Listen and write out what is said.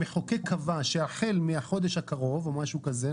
המחוקק קבע שהחל מהחודש הקרוב או משהו כזה,